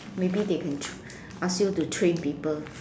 maybe they can tr~ ask you to train people